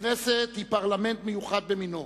הכנסת היא פרלמנט מיוחד במינו.